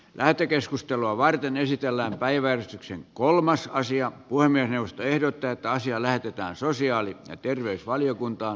lähetekeskustelua varten esitellään päiväjärjestyksen kolmas karsia voimien puhemiesneuvosto ehdottaa että asia lähetetään sosiaali ja terveysvaliokuntaan